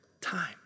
time